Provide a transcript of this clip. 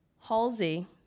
Halsey